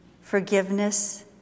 forgiveness